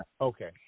Okay